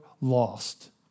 lost